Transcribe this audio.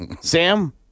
Sam